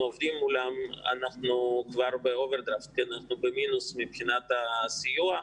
עובדים מולם אנחנו במינוס מבחינת הסיוע.